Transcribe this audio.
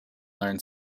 learn